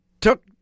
took